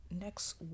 next